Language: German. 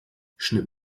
schnipp